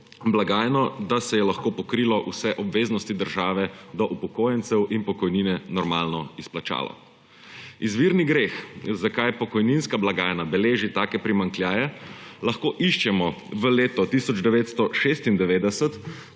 blagajno, da se je lahko pokrilo vse obveznosti države do upokojencev in pokojnine normalno izplačalo. Izvirni greh, zakaj pokojninska blagajna beleži take primanjkljaje, lahko iščemo v letu 1996,